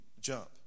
jump